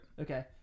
Okay